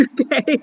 Okay